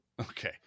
Okay